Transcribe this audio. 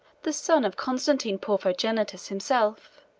the son of constantine porphyrogenitus himself.